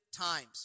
times